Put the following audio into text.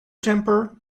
temper